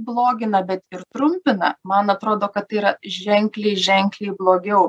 blogina bet ir trumpina man atrodo kad tai yra ženkliai ženkliai blogiau